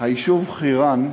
היישוב חירן,